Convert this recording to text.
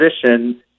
position